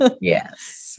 yes